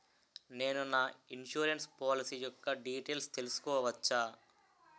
నేను నా insurance policy యెక్క డీటైల్స్ తెల్సుకోవచ్చా?